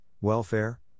welfare